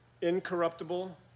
incorruptible